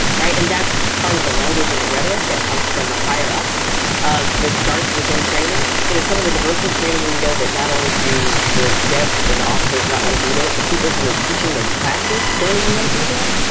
right. and that's part of the language and the rhetoric that comes from the higher ups that starts within training. you know, some of the diversity training we know that not only do the cadets and the officers not want to be the people who are teaching those classes don't even want to be there.